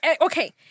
okay